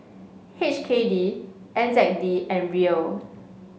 H K D N Z D and Riel